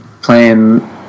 playing